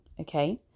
Okay